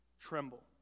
tremble